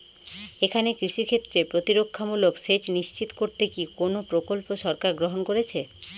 এখানে কৃষিক্ষেত্রে প্রতিরক্ষামূলক সেচ নিশ্চিত করতে কি কোনো প্রকল্প সরকার গ্রহন করেছে?